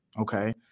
okay